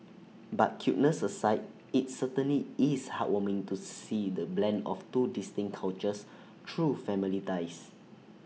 but cuteness aside IT certainly is heartwarming to see the blend of two distinct cultures through family ties